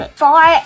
four